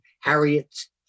Harriet's